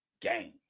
games